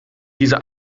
diese